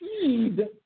seed